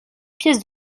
pièces